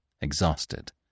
exhausted